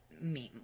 meme